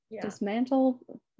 dismantle